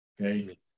Okay